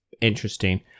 interesting